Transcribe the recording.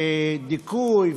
ודיכוי,